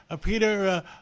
Peter